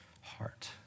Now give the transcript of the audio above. heart